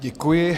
Děkuji.